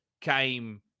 came